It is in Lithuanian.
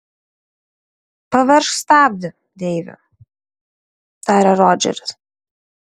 paveržk stabdį deivi tarė rodžeris